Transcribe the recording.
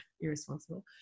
Irresponsible